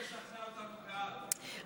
תנסי לשכנע אותנו בעד.